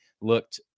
looked